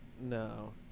No